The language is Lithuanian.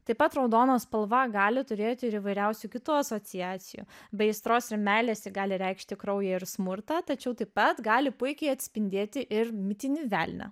taip pat raudona spalva gali turėt ir įvairiausių kitų asociacijų be aistros ir meilės ji gali reikšti kraują ir smurtą tačiau taip pat gali puikiai atspindėti ir mitinį velnią